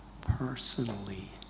personally